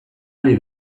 ari